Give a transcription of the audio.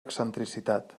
excentricitat